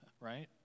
right